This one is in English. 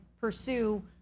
pursue